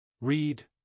Read